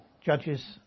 Judges